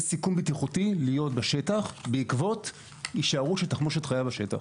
סיכון בטיחותי להיות בשטח בעקבות הישארות של תחמושת חיה בשטח.